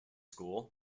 school